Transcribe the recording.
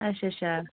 अच्छा अच्छा